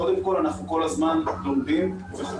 קודם כל, אנחנו כל הזמן לומדים וחוקרים.